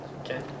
Okay